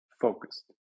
focused